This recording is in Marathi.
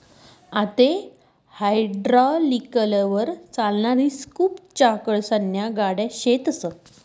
आते हायड्रालिकलवर चालणारी स्कूप चाकसन्या गाड्या शेतस